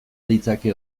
ditzake